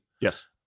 Yes